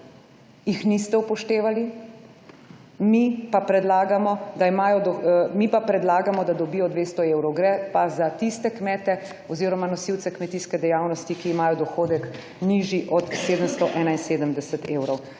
jih niste upoštevali. Mi pa predlagamo, da dobijo 200 evrov. Gre pa za tiste kmete oziroma nosilce kmetijske dejavnosti, ki imajo dohodek nižji od 771 evrov.